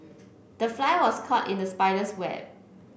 the fly was caught in the spider's web